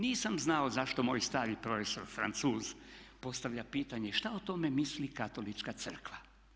Nisam znao zašto moj stari profesor Francuz postavlja pitanje šta o tome misli Katolička crkva.